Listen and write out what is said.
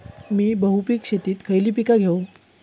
मी बहुपिक शेतीत खयली पीका घेव?